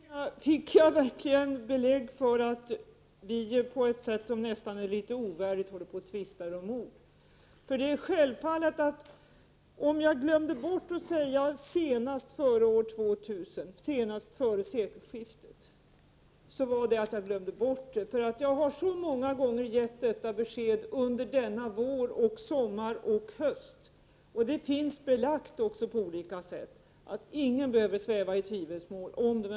Herr talman! I de senaste replikerna fick jag verkligen belägg för att vi på ett sätt som nästan är litet ovärdigt håller på att tvista om ord. Om jag inte sade senast före år 2000, dvs. senast före sekelskiftet, berodde det på att jag glömde att säga det. Jag har nämligen så många gånger under denna vår, sommar och höst gett detta besked. Det finns också belagt på olika sätt så att ingen behöver sväva i tvivelsmål om detta.